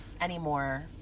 anymore